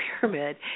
pyramid